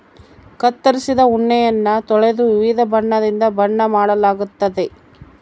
ಕತ್ತರಿಸಿದ ಉಣ್ಣೆಯನ್ನ ತೊಳೆದು ವಿವಿಧ ಬಣ್ಣದಿಂದ ಬಣ್ಣ ಮಾಡಲಾಗ್ತತೆ